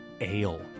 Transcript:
ale